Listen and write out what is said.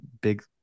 Big